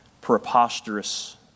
preposterous